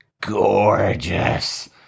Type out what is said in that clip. gorgeous